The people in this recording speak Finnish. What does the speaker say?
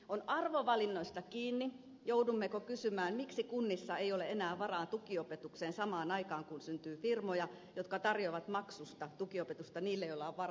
on arvovalinnoista kiinni joudummeko kysymään miksi kunnissa ei ole enää varaa tukiopetukseen samaan aikaan kun syntyy firmoja jotka tarjoavat maksusta tukiopetusta niille joilla on varaa maksaa